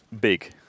big